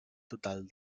total